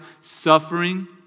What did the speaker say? suffering